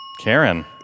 Karen